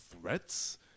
threats